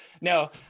No